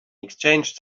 exchanged